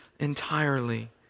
entirely